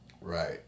Right